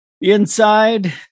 Inside